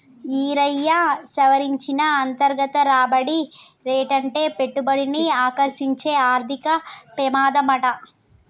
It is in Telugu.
ఈరయ్యా, సవరించిన అంతర్గత రాబడి రేటంటే పెట్టుబడిని ఆకర్సించే ఆర్థిక పెమాదమాట